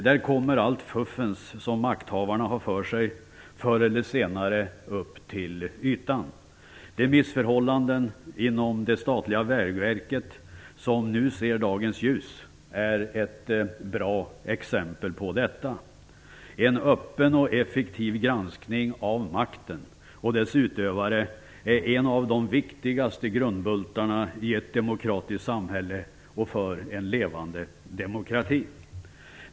Där kommer allt fuffens som makthavarna har för sig förr eller senare upp till ytan. De missförhållanden inom det statliga Vägverket som nu kommer i dagen är ett bra exempel på detta. En öppen och effektiv granskning av makten och dess utövare är en av de viktigaste grundbultarna i ett demokratiskt samhälle och för en levande demokrati.